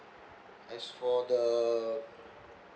as for the